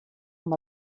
amb